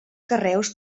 carreus